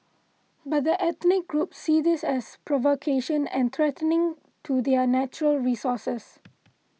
but the ethnic groups see this as provocation and threatening to their natural resources